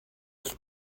lle